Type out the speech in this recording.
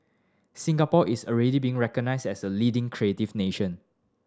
Singapore is already being recognised as a leading creative nation